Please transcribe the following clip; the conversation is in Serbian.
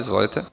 Izvolite.